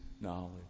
knowledge